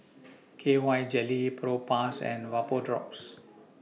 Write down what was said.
K Y Jelly Propass and Vapodrops